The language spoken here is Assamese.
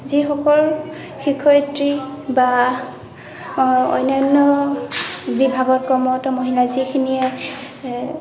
যিসকল শিক্ষয়ত্ৰী বা অন্যান্য বিভাগত কৰ্মৰত মহিলা যিখিনিয়ে